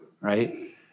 right